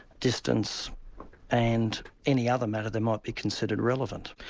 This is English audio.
distance and any other matter that might be considered relevant.